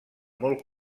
molt